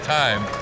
time